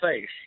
face